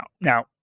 Now